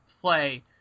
play